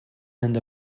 and